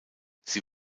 sie